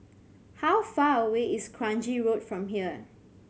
how far away is Kranji Road from here